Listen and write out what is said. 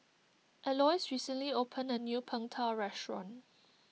Alois recently opened a new Png Tao restaurant